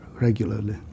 regularly